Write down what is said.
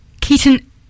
Keaton